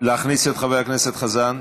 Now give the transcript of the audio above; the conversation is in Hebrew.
להכניס את חבר הכנסת חזן.